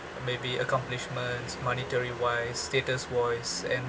maybe accomplishments monetary wise status voice and